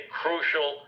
crucial